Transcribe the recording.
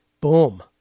Boom